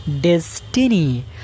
destiny